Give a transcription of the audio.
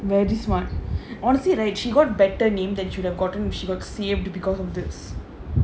where this [one] honestly right she got better name than she should've gotten she look seemed to because of this